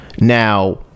Now